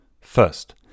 First